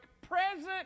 present